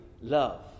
love